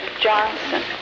Johnson